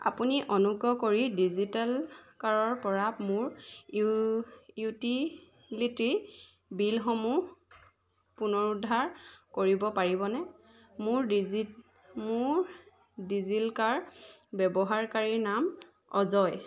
আপুনি অনুগ্ৰহ কৰি ডিজিটেল লকাৰৰ পৰা মোৰ ইউ ইউটিলিটি বিলসমূহ পুনৰুদ্ধাৰ কৰিব পাৰিবনে মোৰ ডিজি ডিজি লকাৰ ব্যৱহাৰকাৰী নাম অজয়